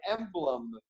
emblem